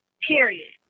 period